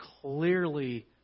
clearly